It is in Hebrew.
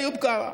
איוב קרא,